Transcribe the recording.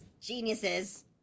Geniuses